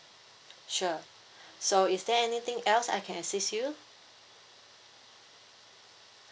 sure so is there anything else I can assist you